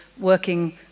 working